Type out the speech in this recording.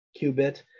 qubit